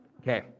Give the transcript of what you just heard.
Okay